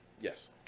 Yes